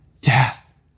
death